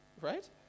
right